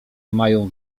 mają